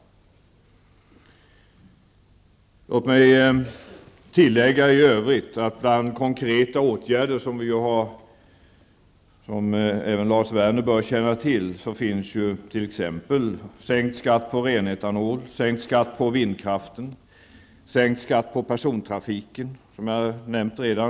Låt mig i övrigt tillägga att bland konkreta åtgärder, som även Lars Werner bör känna till, finns t.ex. sänkt skatt på ren etanol, sänkt skatt på vindkraft, sänkt skatt på persontrafiken, som jag nämnt redan.